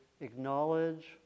acknowledge